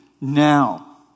now